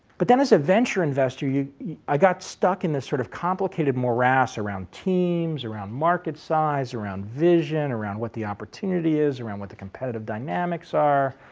but then as a venture investor, yeah i got stuck in this sort of complicated morass around teams, around market size, around vision, around what the opportunity is, around what the competitive dynamics are,